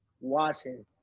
watching